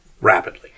rapidly